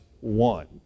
one